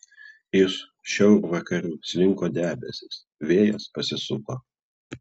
iš šiaurvakarių slinko debesys vėjas pasisuko